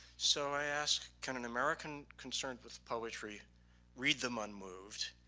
so i ask, can an american concerned with poetry read them unmoved?